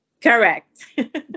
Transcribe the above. correct